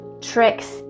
tricks